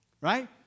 Right